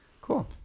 Cool